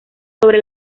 sobre